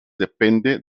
depende